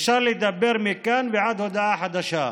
אפשר לדבר מכאן ועד הודעה חדשה.